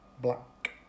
black